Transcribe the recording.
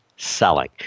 selling